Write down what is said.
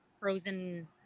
frozen